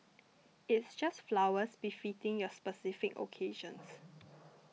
it's just flowers befitting your specific occasions